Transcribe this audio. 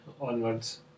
onwards